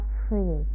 free